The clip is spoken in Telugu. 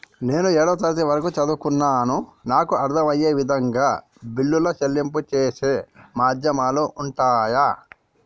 నేను ఏడవ తరగతి వరకు చదువుకున్నాను నాకు అర్దం అయ్యే విధంగా బిల్లుల చెల్లింపు చేసే మాధ్యమాలు ఉంటయా?